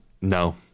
No